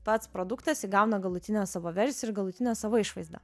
pats produktas įgauna galutinę savo versiją ir galutinę savo išvaizdą